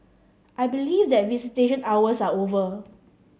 I believe that visitation hours are over